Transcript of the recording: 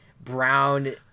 brown